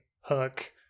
hook